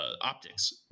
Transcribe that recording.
optics